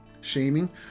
shaming